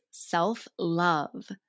self-love